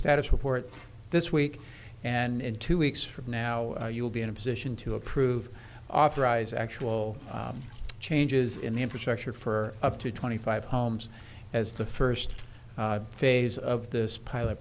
status report this week and two weeks from now you'll be in a position to approve authorize actual changes in the infrastructure for up to twenty five homes as the first phase of this pilot